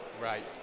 right